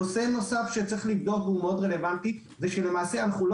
נושא נוסף שיש לבדוק והוא מאוד רלוונטי אנו לא